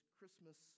Christmas